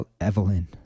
Evelyn